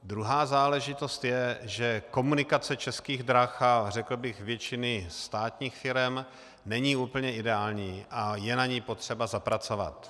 Druhá záležitost je, že komunikace Českých drah a řekl bych většiny státních firem není úplně ideální a je na ní potřeba zapracovat.